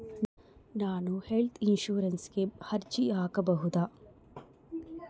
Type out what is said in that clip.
ನಾನು ಹೆಲ್ತ್ ಇನ್ಶೂರೆನ್ಸಿಗೆ ಅರ್ಜಿ ಹಾಕಬಹುದಾ?